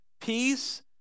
peace